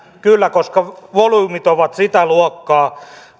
kyllä koska volyymit ovat sitä luokkaa